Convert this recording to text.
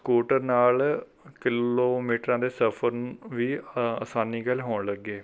scooter ਨਾਲ ਕਿਲੋਮੀਟਰਾਂ ਦੇ ਸਫ਼ਰ ਵੀ ਆਸਾਨੀ ਗੈਲ ਹੋਣ ਲੱਗੇ